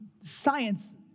Science